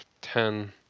ten